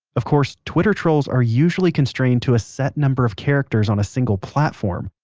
of course, twitter trolls are usually constrained to a set number of characters on a single platform.